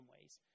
ways